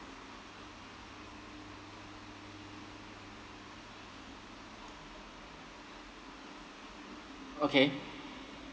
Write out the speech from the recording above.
okay